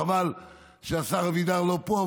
וחבל שהשר אבידר לא פה,